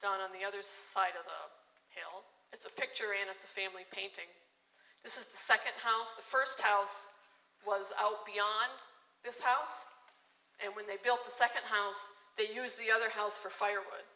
down on the other side of the hill it's a picture in a family painting this is the second house the first house was beyond this house and when they built the second house they use the other house for firewood